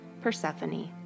Persephone